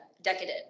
Decadent